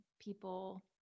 people